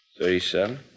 thirty-seven